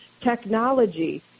technology